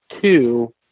two